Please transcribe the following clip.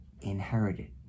inherited